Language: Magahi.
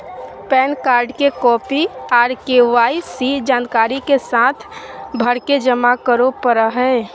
पैन कार्ड के कॉपी आर के.वाई.सी जानकारी के साथ भरके जमा करो परय हय